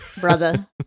brother